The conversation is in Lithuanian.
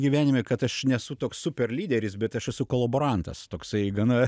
gyvenime kad aš nesu toks super lyderis bet aš esu kolaborantas toksai gana